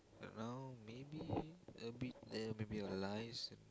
around maybe a bit there baby realize